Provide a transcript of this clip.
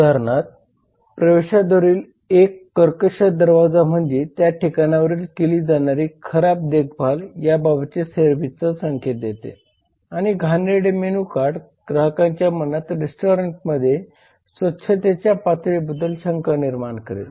उदाहरणार्थ प्रवेशद्वारावरील एक कर्कश दरवाजा म्हणजे त्या ठिकाणावरील केली जाणारी खराब देखभाल या बाबत सेवेचा संकेत देते आणि घाणेरडे मेनू कार्ड ग्राहकांच्या मनात रेस्टॉरंटमध्ये स्वच्छतेच्या पातळीबद्दल शंका निर्माण करेल